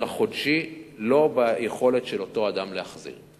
החודשי שהיא לא ביכולת של אותו אדם להחזיר.